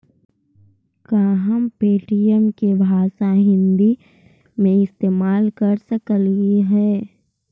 का हम पे.टी.एम के हिन्दी भाषा में इस्तेमाल कर सकलियई हे?